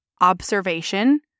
observation